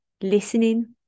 listening